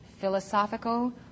philosophical